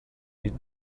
need